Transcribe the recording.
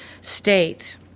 state